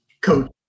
coach